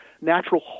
natural